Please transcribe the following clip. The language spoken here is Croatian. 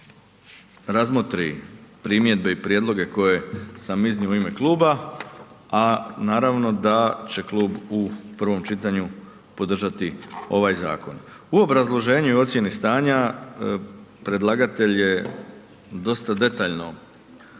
razmotri primjedbe i prijedloge koje sam iznio u ime kluba, a naravno da će klub u prvom čitanju podržati ovaj zakon. U obrazloženju i ocjeni stanja predlagatelj je dosta detaljno